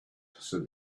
said